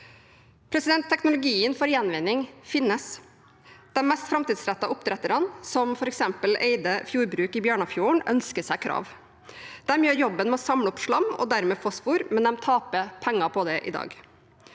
Teknologien for gjenvinning finnes. De mest framtidsrettede oppdretterne, som f.eks. Eide Fjordbruk i Bjørnafjorden, ønsker seg krav. De gjør jobben med å samle opp slam og dermed fosfor, men de taper penger på det i dag.